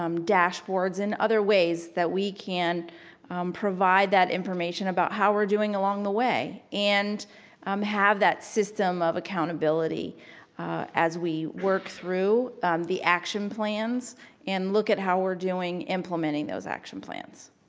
um dashboards and other ways that we can provide that information about how we're doing along the way, and um have that system of accountability as we work through the actions plans and look at how we're doing implementing those action plans.